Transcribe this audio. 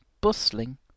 bustling